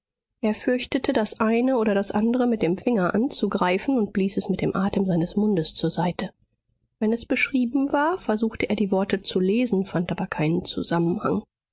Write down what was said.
er fürchtete das eine oder das andre mit dem finger anzugreifen und blies es mit dem atem seines mundes zur seite wenn es beschrieben war versuchte er die worte zu lesen fand aber keinen zusammenhang